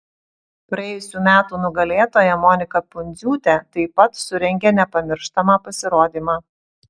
praėjusių metų nugalėtoja monika pundziūtė taip pat surengė nepamirštamą pasirodymą